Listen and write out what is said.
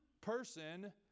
person